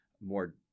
more